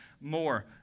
more